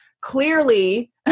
Clearly